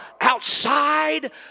outside